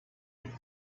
you